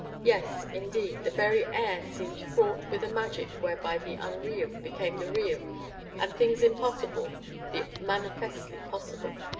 yes, indeed, the very air seemed fraught with a magic whereby the unreal became the real and things impossible the manifestly possible.